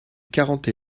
quarante